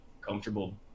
comfortable